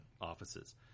offices